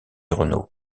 renault